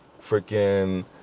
freaking